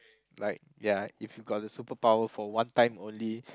like ya if you got the super power for one time only